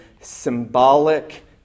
symbolic